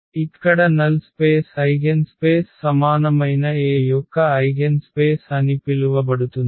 ఇక్కడ null space eigen space సమానమైన A యొక్క ఐగెన్ స్పేస్ అని పిలువబడుతుంది